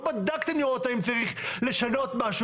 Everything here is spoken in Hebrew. לא בדקתם לראות האם צריך לשנות משהו,